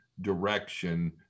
direction